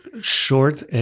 Short